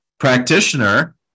practitioner